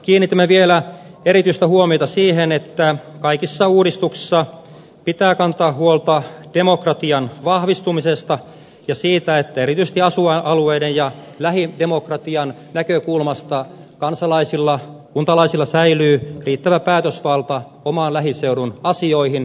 kiinnitämme vielä erityistä huomiota siihen että kaikissa uudistuksissa pitää kantaa huolta demokratian vahvistumisesta ja siitä että erityisesti asuinalueiden ja lähidemokratian näkökulmasta kansalaisilla kuntalaisilla säilyy riittävä päätösvalta oman lähiseudun asioihin